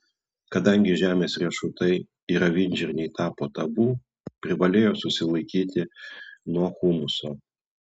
kadangi žemės riešutai ir avinžirniai tapo tabu privalėjo susilaikyti nuo humuso